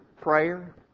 prayer